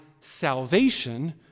salvation